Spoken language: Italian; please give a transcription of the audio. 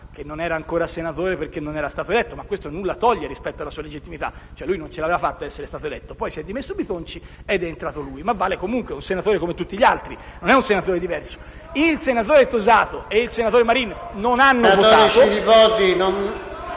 che non era ancora senatore perché non era stato eletto, ma questo nulla toglie rispetto alla sua legittimità; cioè, lui non ce l'aveva fatta ad essere eletto, poi si è dimesso il senatore Bitonci ed è entrato lui, ma vale comunque, è un senatore come tutti gli altri, non è un senatore diverso... *(Commenti del senatore Scilipoti